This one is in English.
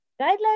Guidelines